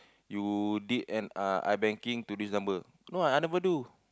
you did an ah I banking to this number no ah I never do